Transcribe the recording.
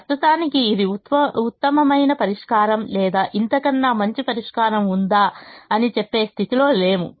ప్రస్తుతానికి ఇది ఉత్తమమైన పరిష్కారం లేదా ఇంతకన్నా మంచి పరిష్కారం ఉందా అని చెప్పే స్థితిలో లేము